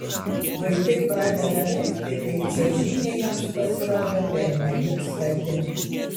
vaikai pradeda verkti kai čiuožynė jiems pasirodo pernelyg stati